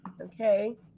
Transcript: Okay